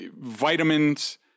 vitamins